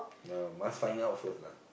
no must find out first lah